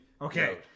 Okay